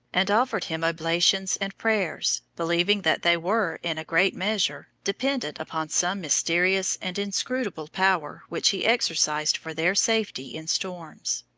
and offered him oblations and prayers, believing that they were, in a great measure, dependent upon some mysterious and inscrutable power which he exercised for their safety in storms.